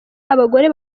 abagore